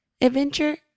adventure